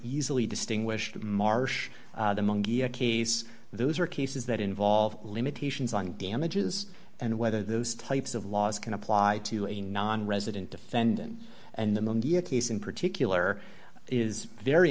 easily distinguished marsh the monkey a case those are cases that involve limitations on damages and whether those types of laws can apply to a nonresident defendant and the monday a case in particular is very